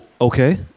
Okay